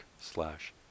slash